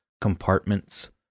compartments